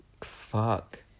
Fuck